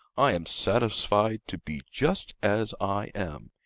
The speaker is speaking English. i am satisfied to be just as i am,